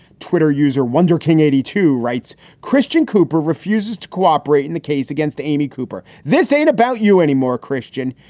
twitter user wonder king, eighty two, writes christian cooper refuses to cooperate in the case against amy cooper. this ain't about you anymore, christian.